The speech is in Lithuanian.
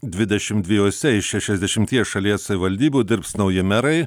dvidešimt dviejose iš šešiasdešimties šalies savivaldybių dirbs nauji merai